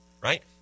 right